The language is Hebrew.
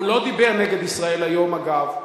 הוא לא דיבר נגד "ישראל היום" אגב.